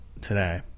today